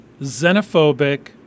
xenophobic